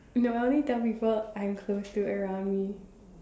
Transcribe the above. no I only tell people I am close to around me